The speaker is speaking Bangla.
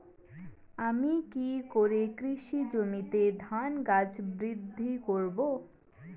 আমি কী করে কৃষি জমিতে ধান গাছ বৃদ্ধি করব?